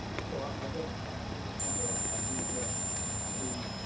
so i guess this is something that i do want to,